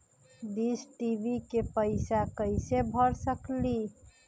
Dish TV के पैईसा कईसे भर सकली?